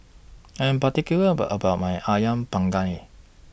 I Am particular about about My Ayam Panggang